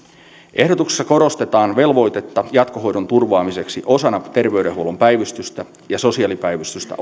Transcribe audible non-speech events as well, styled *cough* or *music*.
ehdotuksessa korostetaan velvoitetta järjestää jatkohoidon turvaamiseksi mielenterveys ja päihdetyön päivystys osana terveydenhuollon päivystystä ja sosiaalipäivystystä *unintelligible*